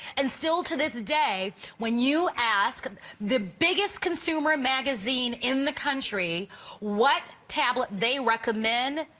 and still to this day when you ask and the biggest consumer magazine in the country what tablet they recommend,